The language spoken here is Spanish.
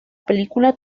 película